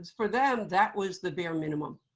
for them, that was the bare minimum.